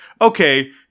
okay